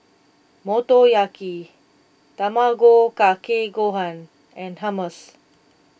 Motoyaki Tamago Kake Gohan and Hummus